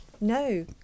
No